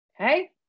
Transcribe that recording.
Okay